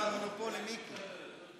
עופר, אתה יכול גם בלי מיקרופון.